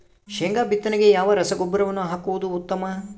ಶೇಂಗಾ ಬಿತ್ತನೆಗೆ ಯಾವ ರಸಗೊಬ್ಬರವನ್ನು ಹಾಕುವುದು ಉತ್ತಮ?